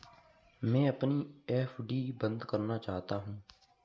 मैं अपनी एफ.डी बंद करना चाहता हूँ